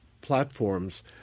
platforms